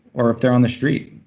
or if they're on the street.